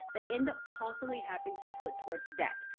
the end up constantly having to put towards debt.